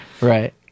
Right